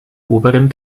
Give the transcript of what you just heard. oberen